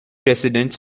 residents